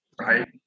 right